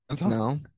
no